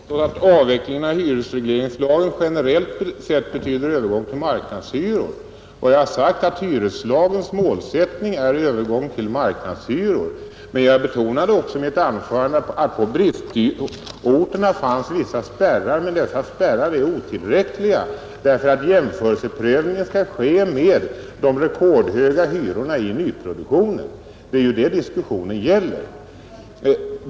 Herr talman! Justitieministern säger att jag skulle ha påstått att avvecklingen av hyresregleringslagen generellt sett betyder övergång till marknadshyror. Vad jag har sagt är att hyreslagens målsättning är övergång till marknadshyror. Men jag betonade också i mitt anförande att på bristorterna finns vissa spärrar, men dessa är otillräckliga därför att vid prövningen jämförelse skall göras med de rekordhöga hyrorna i nyproduktionen. Det är ju detta diskussionen gäller.